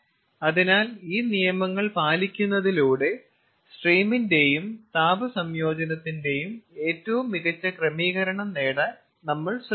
അതിനാൽ ഈ നിയമങ്ങൾ പാലിക്കുന്നതിലൂടെ സ്ട്രീമിന്റെയും താപ സംയോജനത്തിന്റെയും ഏറ്റവും മികച്ച ക്രമീകരണം നേടാൻ നമ്മൾ ശ്രമിക്കുന്നു